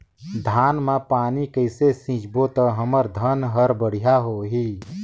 धान मा पानी कइसे सिंचबो ता हमर धन हर बढ़िया होही?